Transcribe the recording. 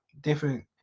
different